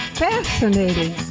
fascinating